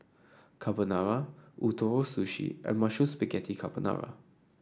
Carbonara Ootoro Sushi and Mushroom Spaghetti Carbonara